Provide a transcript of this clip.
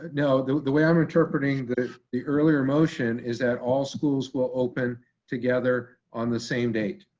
no the the way i'm interpreting the the earlier motion is that all schools will open together on the same date,